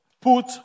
put